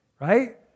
right